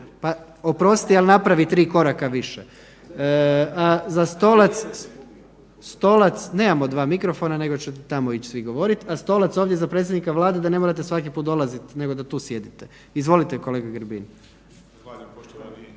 … oprosti ali napravi tri koraka više. Nemamo dva mikrofona nego ćete svi tamo ići govoriti, a stolac ovdje za predsjednika Vlade da ne morate svaki put dolazit nego da tu sjedite. Izvolite kolega Grbin. **Grbin,